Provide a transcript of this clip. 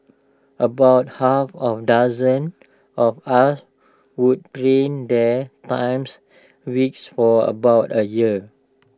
about half A dozen of us would there times weeks for about A year